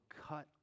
cut